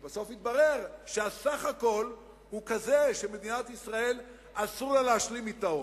ובסוף יתברר שהסך הכול הוא כזה שמדינת ישראל אסור לה להשלים אתו,